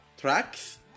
tracks